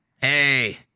Hey